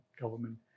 government